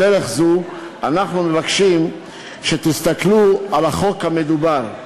בדרך זו אנחנו מבקשים שתסתכלו על החוק המדובר,